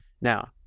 Now